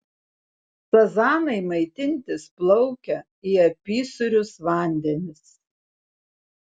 sazanai maitintis plaukia į apysūrius vandenis